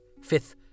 fifth